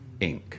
Inc